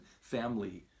family